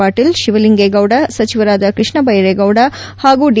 ಪಾಟೀಲ್ ಶಿವಲಿಂಗೇಗೌಡ ಸಚಿವರಾದ ಕೃಷ್ಣಬೈರೇಗೌಡ ಹಾಗೂ ಡಿ